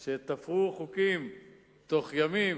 עד שהם תפרו חוקים בתוך ימים,